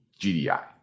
GDI